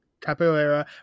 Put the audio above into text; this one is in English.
capoeira